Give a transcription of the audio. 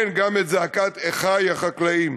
כן, גם את זעקת אחי החקלאים,